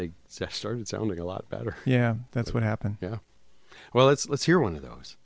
they started sounding a lot better yeah that's what happened yeah well let's let's hear one of those